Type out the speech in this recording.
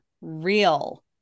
real